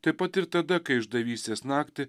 taip pat ir tada kai išdavystės naktį